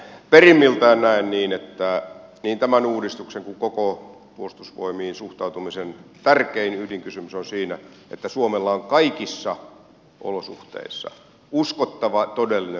perimmiltään näen niin että niin tämän uudistuksen kuin koko puolustusvoimiin suhtautumisen tärkein ydinkysymys on siinä että suomella on kaikissa olosuhteissa uskottava todellinen puolustuskyky